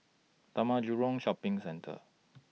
Taman Jurong Shopping Centre